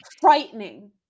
frightening